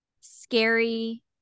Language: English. scary